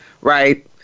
right